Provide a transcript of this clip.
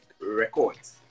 Records